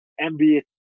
NBA